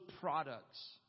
products